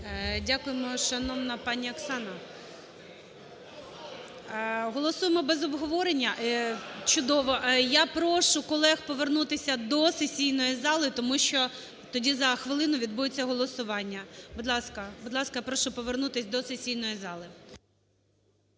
Дякуємо, шановна пані Оксана. Голосуємо без обговорення? Чудово. Я прошу колег повернутися до сесійної зали, тому що тоді за хвилину відбудеться голосування. Будь ласка, прошу повернутися до сесійної зали.